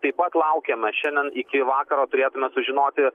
taip pat laukiama šiandien iki vakaro turėtume sužinoti